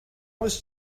was